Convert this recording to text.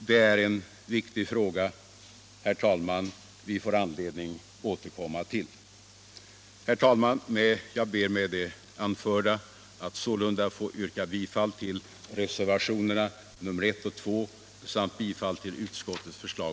Det är en viktig fråga som vi, herr talman, får anledning att återkomma till. Herr talman! Jag ber med det anförda att sålunda få yrka bifall till reservationerna I och 2. På övriga punkter yrkar jag bifall till utskottets förslag.